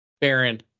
Baron